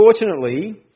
Unfortunately